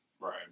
Right